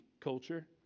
Culture